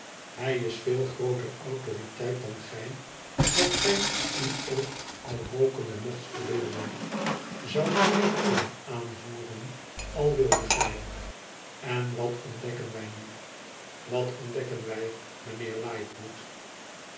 hij is veel grooter autoriteit dan gij wat gij u ook al rookende moogt verbeelden zoudt kunnen aanvoeren al wildet gij en wat ontdekken wij nu r wat ontdekken wij mijnheer